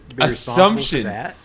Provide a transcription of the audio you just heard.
assumption